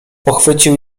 pochwycił